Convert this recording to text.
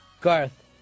Garth